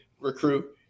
recruit